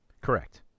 Correct